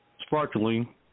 sparkling